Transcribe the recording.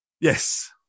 Yes